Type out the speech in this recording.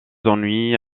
ennuis